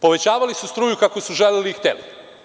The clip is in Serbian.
Povećavali su struju kako su želeli i hteli.